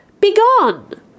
Begone